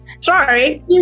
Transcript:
Sorry